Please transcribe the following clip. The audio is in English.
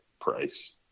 price